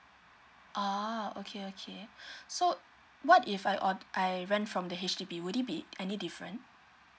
oh okay okay so what if I or~ I rent from the H_D_B will it be any different